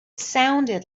sounded